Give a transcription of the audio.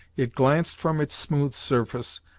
it glanced from its smooth surface,